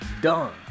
Done